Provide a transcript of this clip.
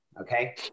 Okay